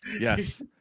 Yes